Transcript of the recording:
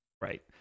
Right